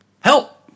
help